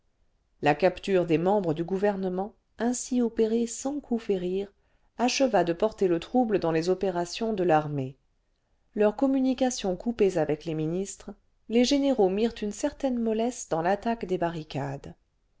la capture des membres du gouvernement ainsi opérée sans coup férir acheva de porter le trouble dans les opérations de l'armée leurs communications coupées avec les ministres les généraux mirent une certaine mollesse dans l'attaque des barricades